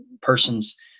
persons